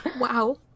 Wow